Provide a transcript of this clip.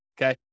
okay